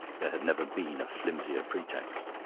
there had never been a flimsier pretext.